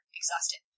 exhausted